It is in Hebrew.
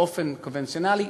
באופן קונבנציונלי,